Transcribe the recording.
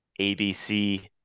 ABC